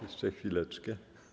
Jeszcze chwileczkę.